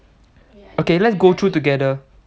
okay let's go through together